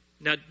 Now